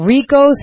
Rico